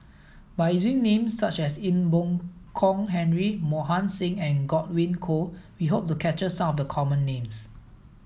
by using names such as Ee Boon Kong Henry Mohan Singh and Godwin Koay we hope to capture some of the common names